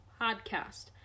podcast